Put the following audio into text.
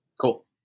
Cool